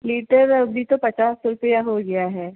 litre अभी तो पचास रुपया हो गया है